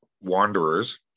wanderers